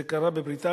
זה קרה בבריטניה,